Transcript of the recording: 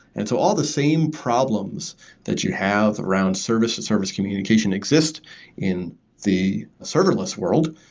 and so all the same problems that you have around service, service communication exist in the serverless world,